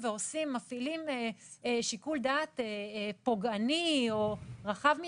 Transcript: ומפעילים שיקול דעת פוגעני או רחב מדי,